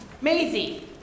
Maisie